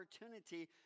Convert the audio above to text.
opportunity